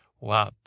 Wow